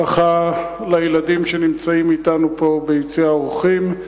ברכה לילדים שנמצאים אתנו פה ביציע האורחים.